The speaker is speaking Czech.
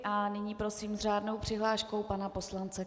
A nyní prosím s řádnou přihláškou pana poslance Korte.